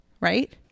right